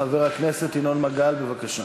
חבר הכנסת ינון מגל, בבקשה.